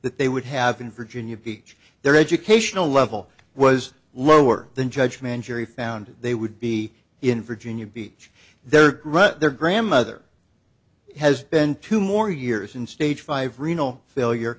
that they would have been virginia beach their educational level was lower than judge man jury found they would be in virginia beach their right their grandmother has been two more years in stage five renal failure